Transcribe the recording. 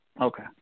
Okay